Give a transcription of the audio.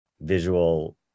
visual